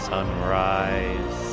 Sunrise